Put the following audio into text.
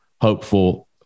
hopeful